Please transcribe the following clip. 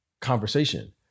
conversation